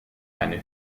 eine